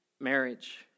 marriage